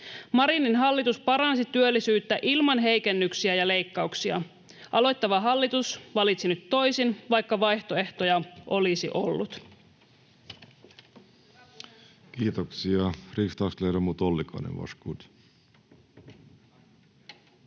Marinin hallitus paransi työllisyyttä ilman heikennyksiä ja leikkauksia. Aloittava hallitus valitsi nyt toisin, vaikka vaihtoehtoja olisi ollut. [Speech